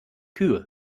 kühe